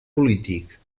polític